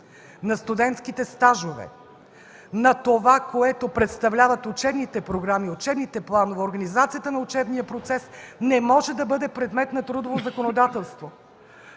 на студентските стажове, на това, което представляват учебните програми, учебните планове и организацията на учебния процес не може да бъде предмет на трудово законодателство.